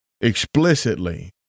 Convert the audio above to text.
explicitly